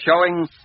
showing